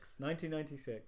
1996